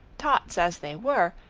tots as they were,